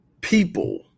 people